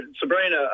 Sabrina